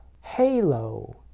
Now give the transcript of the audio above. Halo